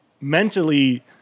mentally